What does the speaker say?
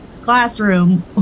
classroom